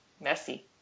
Messy